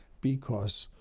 because,